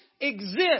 exist